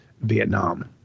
Vietnam